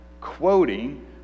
quoting